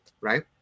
right